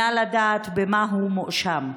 לדעת במה הוא מואשם.